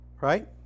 right